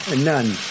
None